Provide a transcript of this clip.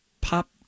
pop